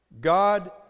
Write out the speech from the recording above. God